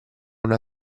una